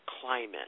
climate